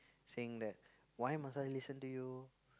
saying that why must I listen to you